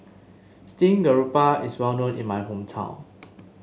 Steamed Garoupa is well known in my hometown